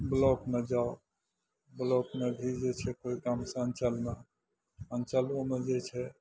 ब्लॉकमे जाउ ब्लॉकमे भी जे छै कोइ कामसँ अञ्चलमे अञ्चलोमे जे छै